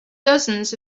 dozens